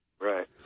Right